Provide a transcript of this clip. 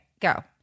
Go